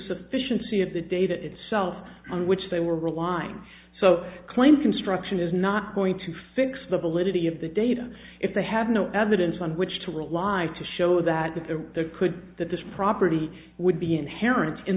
sufficiency of the data itself on which they were relying so claim construction is not going to fix the validity of the data if they have no evidence on which to rely to show that the could that this property would be inherent in